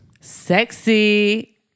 sexy